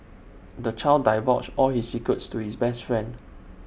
the child divulged all his secrets to his best friend